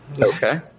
Okay